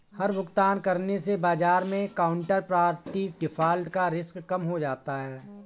हर भुगतान करने से बाजार मै काउन्टरपार्टी डिफ़ॉल्ट का रिस्क कम हो जाता है